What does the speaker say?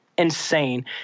insane